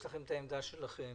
יש לכם את העמדה שלכם.